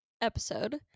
episode